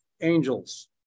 angels